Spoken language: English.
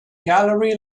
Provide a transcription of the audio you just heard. gallery